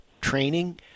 training